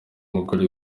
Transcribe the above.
mugore